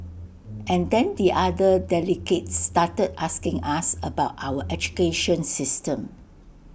and then the other delegates started asking us about our education system